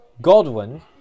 Godwin